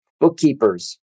bookkeepers